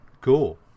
cool